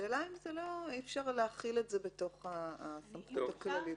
השאלה אם אי אפשר להכיל את זה בתוך הסמכות הכללית.